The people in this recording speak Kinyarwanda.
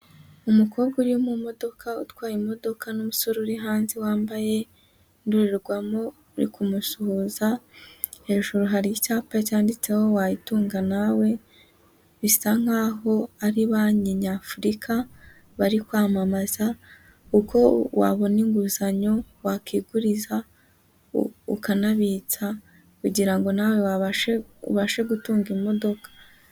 Umukobwa uri mu modoka utwaye imodoka n'umusore uri hanze wambaye indorerwamo uri kumusuhuza, hejuru hari icyapa cyanditseho wayitunga nawe, bisa nkaho ari banki nyafurika bari kwamamaza uko wabona inguzanyo, wakiguriza, ukanabitsa kugira ngo nawe ubashe gutunga imodoka.